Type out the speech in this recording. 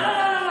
לא, לא, לא.